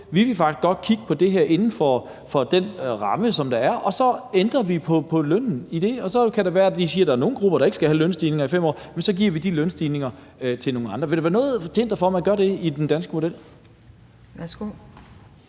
Vi vil faktisk godt kigge på det her inden for den ramme, som der er, og så ændrer vi på lønnen i det? Og så kan det være, at man siger, at der er nogle grupper, der ikke skal have lønstigninger i 5 år, og så giver vi de lønstigninger til nogle andre. Ville der være noget til hinder for, at man gør det i den danske model?